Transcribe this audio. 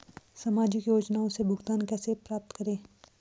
सामाजिक योजनाओं से भुगतान कैसे प्राप्त करें?